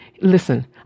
Listen